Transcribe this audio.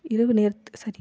இரவு நேரத்து சாரி